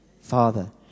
Father